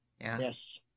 Yes